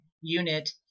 unit